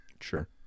Sure